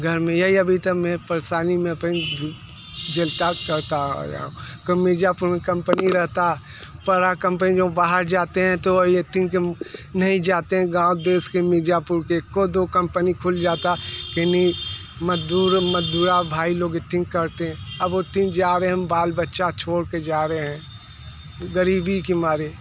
घर में यही अभी तक मैं परेशानी में अपनी धू जीता करता आया कोई मिर्ज़ापुर में कम्पनी रहता बड़ा कम्पनी जो बाहर जाते हैं तो ये तीन के नहीं जाते हैं गाँव देश के मिर्ज़ापुर के एक दो कम्पनी खुल जाता कि नहीं मज़दूर मज़दूर भाई लोग इथींग करते अब ओथीं जा रहे हम बाल बच्चा छोड़ के जा रहे हैं ग़रीबी के मारे